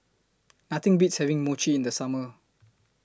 Nothing Beats having Mochi in The Summer